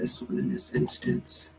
this instance